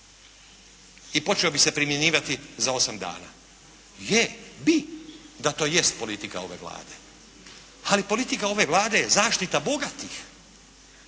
i počeo bi se primjenjivati za osam dana. Da, bi da to jest politika ove Vlade ali politika ove Vlade je zaštita bogatih.